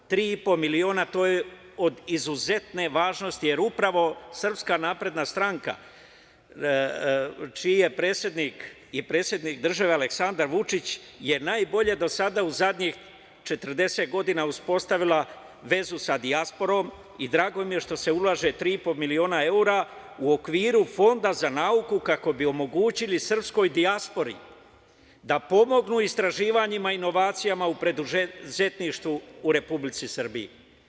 Tri i po miliona, to je od izuzetne važnosti, jer upravo SNS, čiji je predsednik i predsednik države Aleksandar Vučić, je najbolje do sada u zadnjih 40 godina uspostavila vezu sa dijasporom i drago mi je što se ulaže 3,5 miliona evra u okviru Fonda za nauku, kako bi omogućili srpskoj dijaspori da pomognu u istraživanjima i inovacijama u preduzetništvu u Republici Srbiji.